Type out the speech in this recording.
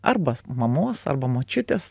arba mamos arba močiutės